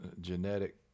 genetic